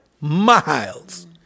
miles